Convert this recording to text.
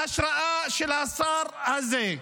בהשראה של השר הזה.